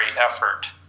effort